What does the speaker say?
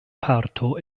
parto